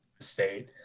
state